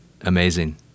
amazing